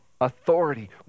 authority